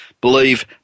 believe